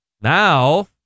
Now